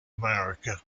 america